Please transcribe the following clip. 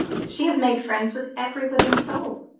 she has made friends with every living soul,